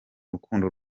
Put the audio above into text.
rukundo